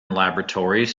laboratories